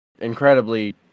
incredibly